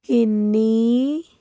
ਕਿੰਨੀ